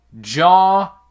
jaw